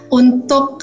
untuk